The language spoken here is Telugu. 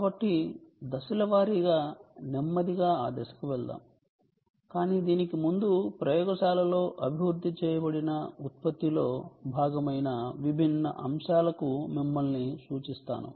కాబట్టి దశలవారీగా నెమ్మదిగా ఆ దశకు వెళ్దాం కానీ దీనికి ముందు ప్రయోగశాలలో అభివృద్ధి చేయబడిన ఉత్పత్తిలో భాగమైన విభిన్న అంశాలకు మిమ్మల్ని సూచిస్తాను